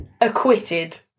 acquitted